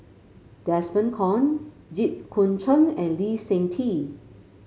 Desmond Kon Jit Koon Ch'ng and Lee Seng Tee